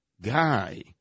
guy